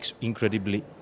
Incredibly